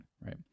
right